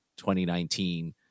2019